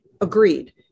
Agreed